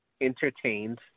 entertained